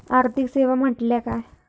आर्थिक सेवा म्हटल्या काय?